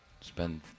spend